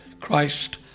Christ